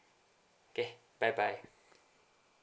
okay bye bye